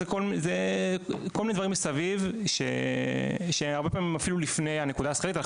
זה כל מיני דברים מסביב שהרבה פעמים אפילו לפני הנקודה השכרית,